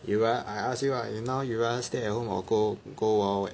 if ah I ask you ah you now you rather stay at home or go go wild wild wet